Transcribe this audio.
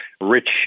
rich